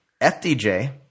FDJ